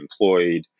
employed